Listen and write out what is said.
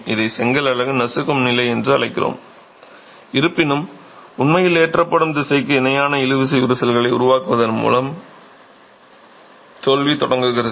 இதை செங்கல் அலகு நசுக்கும் நிலை என்று அழைக்கிறோம் இருப்பினும் உண்மையில் ஏற்றப்படும் திசைக்கு இணையான இழுவிசை விரிசல்களை உருவாக்குவதன் மூலம் தோல்வி தொடங்குகிறது